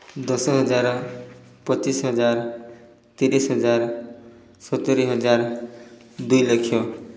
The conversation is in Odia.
ଦଶ ହଜାର ପଚିଶ ହଜାର ତିରିଶ ହଜାର ସତୁରୀ ହଜାର ଦୁଇ ଲକ୍ଷ